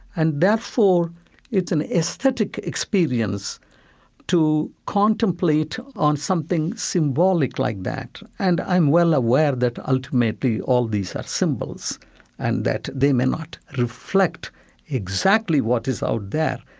and therefore it's an aesthetic experience to contemplate on something symbolic like that. and i'm well aware that ultimately all these are symbols and that they may not reflect exactly what is out there,